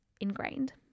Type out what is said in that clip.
ingrained